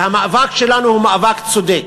והמאבק שלנו הוא מאבק צודק.